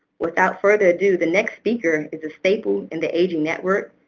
without further ado, the next speaker is a staple in the aging network.